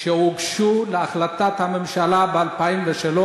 שהוגשו להחלטת הממשלה ב-2003,